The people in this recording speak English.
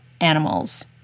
animals